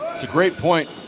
great point.